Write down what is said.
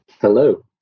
Hello